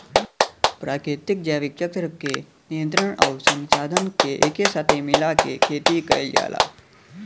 प्राकृतिक जैविक चक्र क नियंत्रण आउर संसाधन के एके साथे मिला के खेती कईल जाला